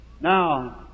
Now